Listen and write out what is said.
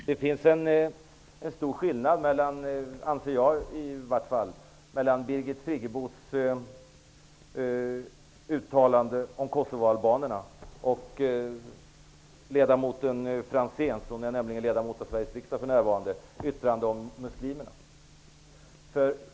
Herr talman! Jag anser att det finns en stor skillnad mellan Birgit Friggebos uttalande om kosovoalbanerna och ledamoten Franzéns -- hon är nämligen ledamot av Sveriges riksdag för närvarande -- yttrande om muslimerna.